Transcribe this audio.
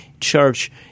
church